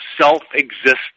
self-existent